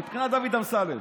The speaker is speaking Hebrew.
מבחינת דוד אמסלם.